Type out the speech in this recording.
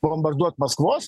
bombarduot maskvos